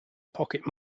pocket